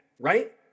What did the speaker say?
right